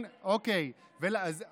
12 שנה --- איפה הייתם?